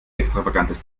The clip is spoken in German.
extravagantes